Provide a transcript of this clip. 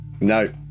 no